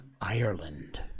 Ireland